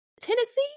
Tennessee